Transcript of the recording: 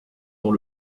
dans